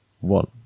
one